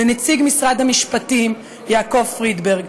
לנציג משרד המשפטים יעקב פרידברג,